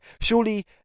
surely